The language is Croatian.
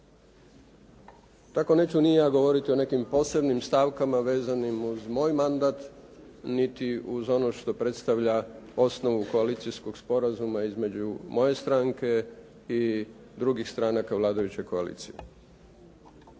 Tako neću ni ja govoriti o nekim posebnim stavkama vezanim uz moj mandat niti uz ono što predstavlja osnovu koalicijskog sporazuma između moje stranke i drugih stranaka u vladajućoj koaliciji.